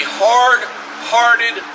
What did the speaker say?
hard-hearted